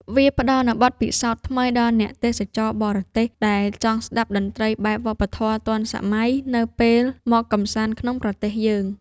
វាផ្ដល់នូវបទពិសោធន៍ថ្មីដល់អ្នកទេសចរបរទេស ដែលចង់ស្ដាប់តន្ត្រីបែប វប្បធម៌ទាន់សម័យ នៅពេលមកកម្សាន្តក្នុងប្រទេសយើង។